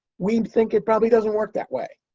we think it probably doesn't work that way.